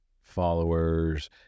followers